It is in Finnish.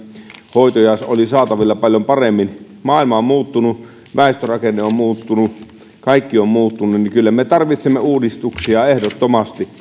hoitoja oli saatavilla paljon paremmin maailma on muuttunut väestörakenne on muuttunut kaikki on muuttunut joten kyllä me tarvitsemme uudistuksia ehdottomasti